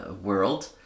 world